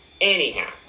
Anyhow